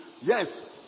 yes